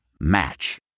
Match